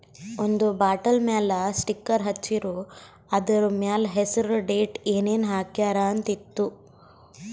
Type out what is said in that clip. ಒಂದ್ ಬಾಟಲ್ ಮ್ಯಾಲ ಸ್ಟಿಕ್ಕರ್ ಹಚ್ಚಿರು, ಅದುರ್ ಮ್ಯಾಲ ಹೆಸರ್, ಡೇಟ್, ಏನೇನ್ ಹಾಕ್ಯಾರ ಅಂತ್ ಇತ್ತು